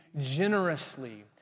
generously